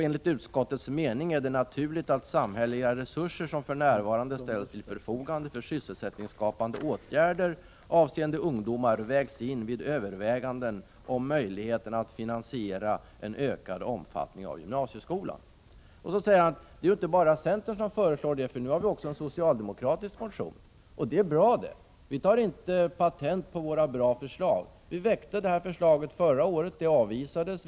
Enligt utskottets mening är det naturligt att de samhälleliga resurser som för närvarande ställs till förfogande för sysselsättningsskapande åtgärder avseende ungdomar vägs in vid överväganden om möjligheterna att finansiera en ökad omfattning av gymnasieskolan. Lars Svensson säger att det inte bara är centern som föreslår detta, för nu finns det också en socialdemokratisk motion. Det är bra! Vi tar inte patent på våra förslag. Vi väckte förslaget förra året, det avvisades.